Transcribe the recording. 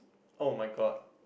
oh-my-god